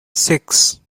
six